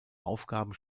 aufgaben